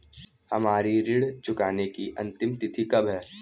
हमारी ऋण चुकाने की अंतिम तिथि कब है?